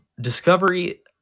Discovery